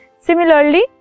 Similarly